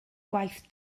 gwaith